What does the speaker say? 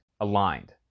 aligned